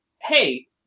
hey